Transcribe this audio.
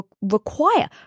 require